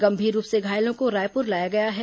गंभीर रूप से घायलों को रायपुर लाया गया है